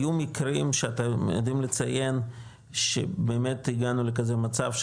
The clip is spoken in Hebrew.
היו מקרים שאתם יודעים לציין שבאמת הגענו לכזה מצב,